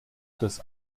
des